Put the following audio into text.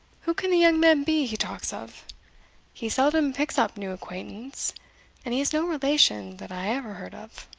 who can the young man be he talks of he seldom picks up new acquaintance and he has no relation that i ever heard of.